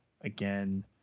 again